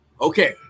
okay